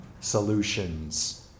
solutions